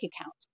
account